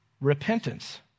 repentance